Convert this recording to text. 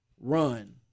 run